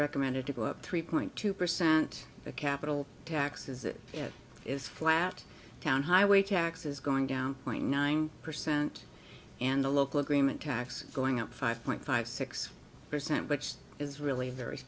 recommended to go up three point two percent the capital tax is that it is flat down highway taxes going down point nine percent and the local agreement taxes going up five point five six percent which is really very